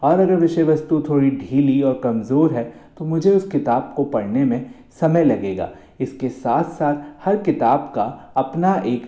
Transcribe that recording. और अगर विषय वस्तु थोड़ी ढीली और कमजोर है तो मुझे उस किताब को पढ़ने में समय लगेगा इसके साथ साथ हर किताब का अपना एक